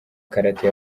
karate